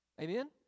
Amen